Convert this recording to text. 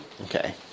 Okay